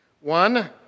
one